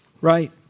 right